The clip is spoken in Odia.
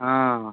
ହଁ